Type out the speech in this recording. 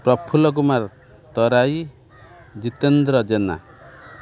Prafulla Kumar Tarai Jitendra Jena